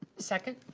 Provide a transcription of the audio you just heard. second?